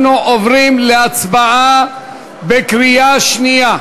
אנחנו עוברים להצבעה בקריאה שנייה.